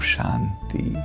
Shanti